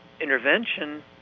Intervention